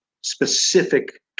specific